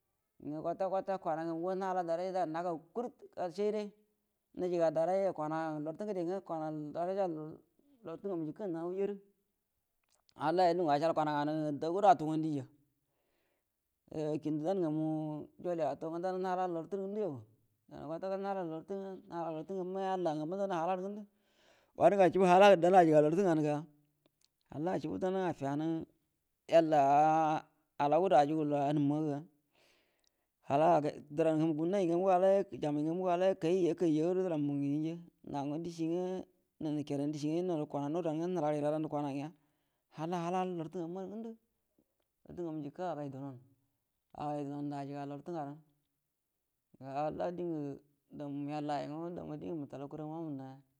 Kwata kwata kwana aganugo nala darajau magau kurit nga shaide nəjiga daraja kwane lartə ngəde nga kwana doraja lartə ngamu jikə nawujarə hallayo lungu ashal kwana nganə ndagudo atugau dija yo kində dau ngamu joli atau nga hala lartə və ngundə yaba nala lartə ngamma dawana yalla ngamna hallarə ngundu wanungə ashubu haladə daha ajiga lartə nganə ga halla ashubu dana afiganu yalla alaudə ajugu anummaga halla ndərau ngunu gumnayi nga muga ala yak-jamai nganugo ala yakai yakaijado dəranmu ngə higiiya kamu dishi nga nol nikedan dishi nga naru kwana nudau nga nəlagəri iladan də kwana nga halla hala lartə ngawumanə ngəndə lartə ngan jikə agai durou a də ajgalartə ngalan ga halla dingə damu yalla nga anamu ngu ngə wutadau kurumuya.